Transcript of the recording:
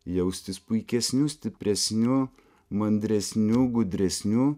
jaustis puikesniu stipresniu mandresniu gudresniu